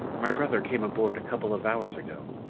my brother came aboard a couple of hours ago.